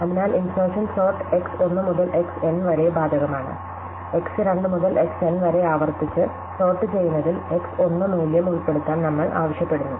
അതിനാൽ insertion sort X 1 മുതൽ X n വരെ ബാധകമാണ് X 2 മുതൽ X n വരെ ആവർത്തിച്ച് സോർട്ട് ചെയ്യുന്നതിൽ X 1 മൂല്യം ഉൾപ്പെടുത്താൻ നമ്മൾ ആവശ്യപ്പെടുന്നു